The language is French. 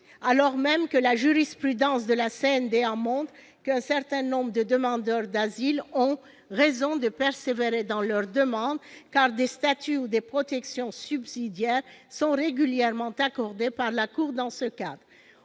alors même que la jurisprudence de la CNDA montre qu'un certain nombre de demandeurs d'asile ont raison de persévérer dans leur démarche, car des statuts ou des protections subsidiaires sont régulièrement accordés par la CNDA dans ce cadre.